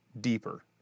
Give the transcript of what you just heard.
deeper